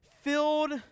filled